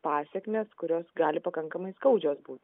pasekmės kurios gali pakankamai skaudžios būti